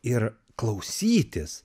ir klausytis